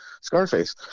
Scarface